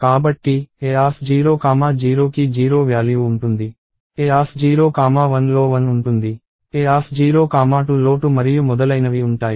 కాబట్టి A00కి 0 వ్యాల్యూ ఉంటుంది A01లో 1 ఉంటుంది A02లో 2 మరియు మొదలైనవి ఉంటాయి